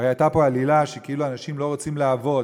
הרי הייתה פה עלילה כאילו אנשים לא רוצים לעבוד.